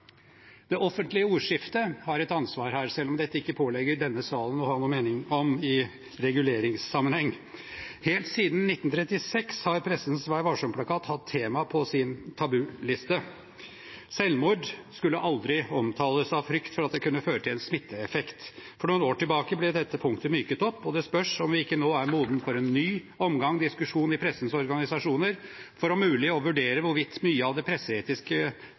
Det offentlige ordskiftet har et ansvar her, selv om det ikke påligger denne salen å ha noen mening om dette i reguleringssammenheng. Helt siden 1936 har pressens Vær-varsom-plakat hatt temaet på sin tabuliste. Selvmord skulle aldri omtales – av frykt for at det kunne ha en smitteeffekt. For noen år siden ble dette punktet myket opp, og det spørs om tiden ikke nå er moden for en ny omgang diskusjon i pressens organisasjoner for om mulig å vurdere hvorvidt mye av det